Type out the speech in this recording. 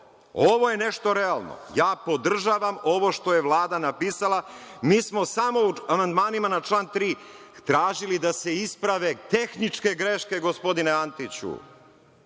Ovo je nešto realno. Ja podržavam ovo što je Vlada napisala. Mi smo samo amandmanima na član 3. tražili da se isprave tehničke greške, gospodine Antiću,